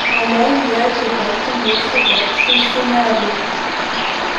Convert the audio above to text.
o jei jie atitektų mūsų vargšui sūneliui